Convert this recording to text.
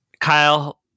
Kyle